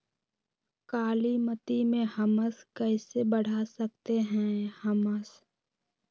कालीमती में हमस कैसे बढ़ा सकते हैं हमस?